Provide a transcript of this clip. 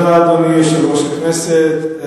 אדוני יושב-ראש הכנסת,